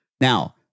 now